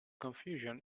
confusion